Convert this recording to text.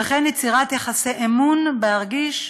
וכן יצירת יחסי אמון שבהם ירגיש האזרח,